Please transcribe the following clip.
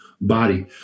body